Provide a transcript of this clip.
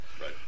Right